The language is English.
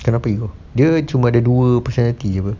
kenapa ego dia cuma ada dua personality apa